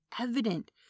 evident